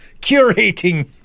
curating